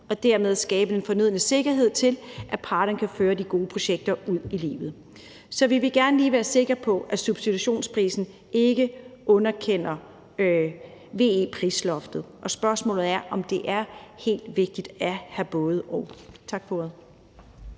og dermed skabe den fornødne sikkerhed for, at parterne kan føre de gode projekter ud i livet. Så vi vil gerne lige være sikre på, at substitutionsprisen ikke underkender VE-prisloftet, og spørgsmålet er, om det er helt vigtigt at have et både-og. Tak for ordet.